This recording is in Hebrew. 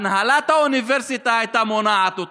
הנהלת האוניברסיטה הייתה מונעת אותו,